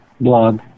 blog